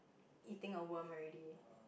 eating a worm already